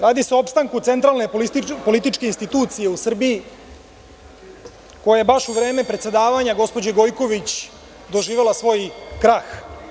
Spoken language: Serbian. Radi se opstanku centralne političke institucije u Srbiji, koja je baš u vreme predsedavanja gospođe Gojković doživela svoj krah.